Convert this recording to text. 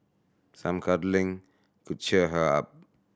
some cuddling could cheer her up